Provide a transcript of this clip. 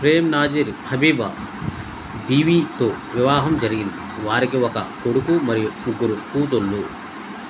ప్రేమ్ నాజీర్ హబీబా బీవితో వివాహం జరిగింది వారికి ఒక కొడుకు మరియు ముగ్గురు కూతుర్లు